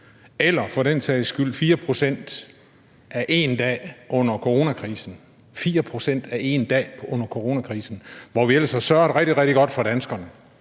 eller for den sags skyld 4 pct. af 1 dag under coronakrisen – 4 pct. af 1 dag under coronakrisen, hvor vi ellers har sørget rigtig, rigtig godt for danskerne.